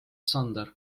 sander